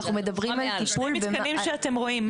אנחנו מדברים על טיפול --- שני מתקנים שאתם רואים,